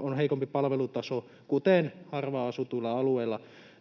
on heikompi palvelutaso, kuten harvaan asutuilla alueilla.